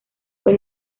fue